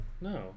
No